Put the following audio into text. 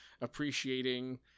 appreciating